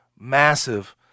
massive